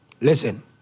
Listen